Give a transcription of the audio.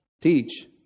Teach